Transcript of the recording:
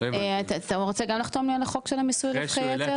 אתה רוצה גם לחתום לי על החוק של מיסוי רווחי היתר?